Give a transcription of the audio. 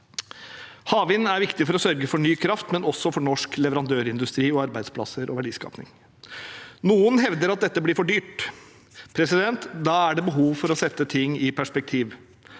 Havvind er viktig for å sørge for ny kraft, men også for norsk leverandørindustri, arbeidsplasser og verdiskaping. Noen hevder at dette blir for dyrt. Da er det behov for å sette ting i perspektiv.